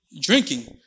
Drinking